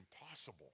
impossible